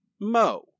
Mo